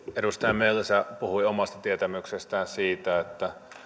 edustaja mölsä puhui omasta tietämyksestään siitä että